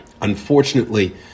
Unfortunately